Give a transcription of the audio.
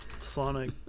Sonic